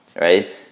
right